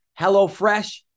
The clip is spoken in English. HelloFresh